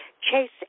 Chase